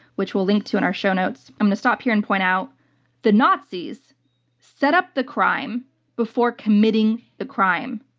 which we'll link to in our show notes. i'm going to stop here and point out the nazis set up the crime before committing the crime.